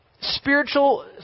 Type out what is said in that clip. spiritual